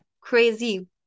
crazy